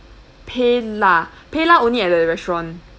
PayLah PayLah only at the restaurant